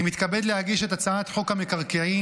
אני מתכבד להגיש את הצעת חוק המקרקעין